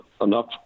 enough